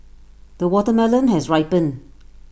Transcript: the watermelon has ripened